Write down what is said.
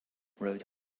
rhode